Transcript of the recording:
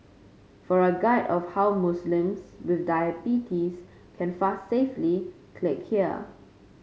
for a guide of how Muslims with diabetes can fast safely click here